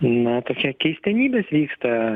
na tai čia keistenybės vyksta